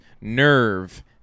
Nerve